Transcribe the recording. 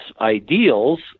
ideals